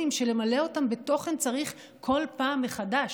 שכדי למלא אותם בתוכן צריך בכל פעם מחדש.